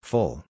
Full